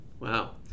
Wow